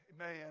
Amen